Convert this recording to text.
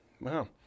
Wow